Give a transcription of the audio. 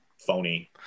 phony